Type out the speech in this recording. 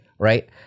Right